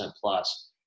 plus